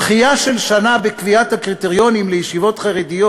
דחייה של שנה בקביעת הקריטריונים לישיבות חרדיות